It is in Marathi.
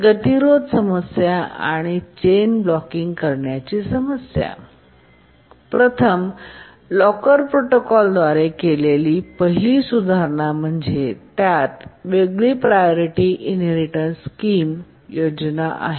गतिरोध समस्या आणि चैन ब्लॉकिंग करण्याची समस्या प्रथम लॉकर प्रोटोकॉल द्वारे केलेली पहिली सुधारणा म्हणजे त्यात वेगळी प्रायोरिटी इनहेरिटेन्स स्कीम योजना आहे